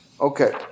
Okay